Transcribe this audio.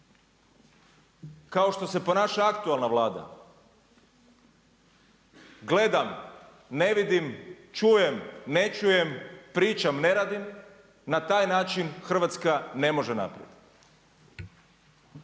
kao što se ponaša aktualna Vlada, gledam, ne vidim, čujem, ne čujem, pričam, ne radim na taj način Hrvatska ne može naprijed.